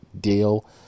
deal